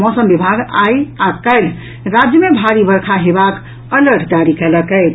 मौसम विभाग आई आ काल्हि राज्य मे भारी वर्षा हेबाक अलर्ट जारी कयलक अछि